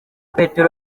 petero